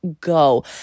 go